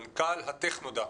מנכ"ל הטכנודע.